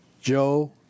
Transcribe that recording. Joe